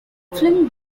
film